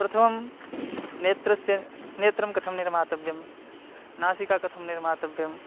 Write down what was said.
प्रथमं नेत्रस्य नेत्रं कथं निर्मातव्यं नासिका कथं निर्मातव्यं